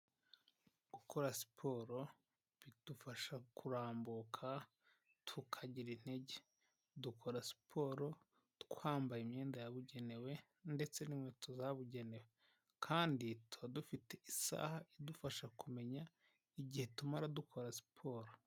Gukora siporo bidufasha kurambuka, tukagira intege, dukora siporo twambaye imyenda yabugenewe ndetse n'inkweto zabugenewe kandi tuba dufite isaha idufasha kumenya igihe tumara dukora siporo.